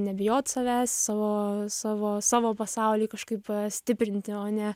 nebijot savęs savo savo savo pasaulį kažkaip stiprinti o ne